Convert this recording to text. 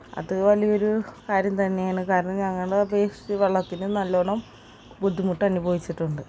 അതുപോലെ ഒരു കാര്യം തന്നെയാണ് കാരണം ഞങ്ങളെ അപേക്ഷിച്ച് വെള്ളത്തിന് നല്ലോണം ബുദ്ധിമുട്ട് അനുഭവിച്ചിട്ടുണ്ട്